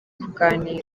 kuganira